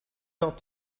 not